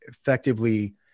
effectively